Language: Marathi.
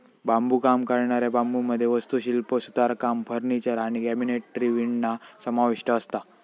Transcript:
बांबुकाम करणाऱ्या बांबुमध्ये वास्तुशिल्प, सुतारकाम, फर्निचर आणि कॅबिनेटरी विणणा समाविष्ठ असता